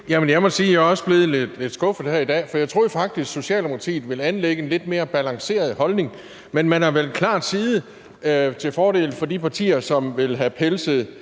også er blevet lidt skuffet her i dag, for jeg troede faktisk, at Socialdemokratiet ville anlægge en lidt mere balanceret holdning, men man har klart valgt side til fordel for de partier, som vil have pelset